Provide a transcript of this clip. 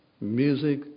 music